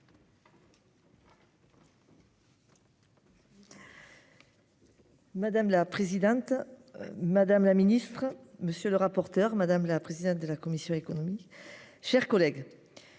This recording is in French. Madame la présidente. Madame la ministre, monsieur le rapporteur, madame la présidente de la commission économique chers collègues.